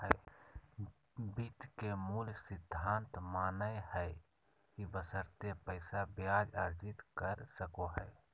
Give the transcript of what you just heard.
वित्त के मूल सिद्धांत मानय हइ कि बशर्ते पैसा ब्याज अर्जित कर सको हइ